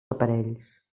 aparells